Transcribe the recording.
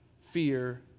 fear